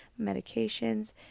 medications